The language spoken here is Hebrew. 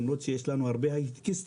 למרות שיש לנו הרבה היי-טקיסטים,